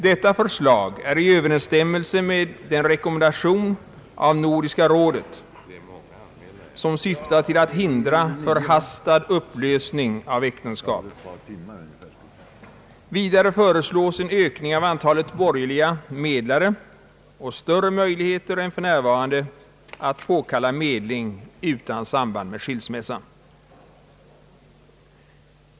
Detta förslag är i överensstämmelse med den rekommendation av Nordiska rådet som syftar till att hindra förhastad upplösning av äktenskap. Vidare föreslås en ök ning av antalet borgerliga medlare och större möjligheter än för närvarande att påkalla medling utan samband med skilsmässa.